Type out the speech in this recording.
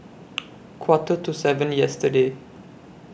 Quarter to seven yesterday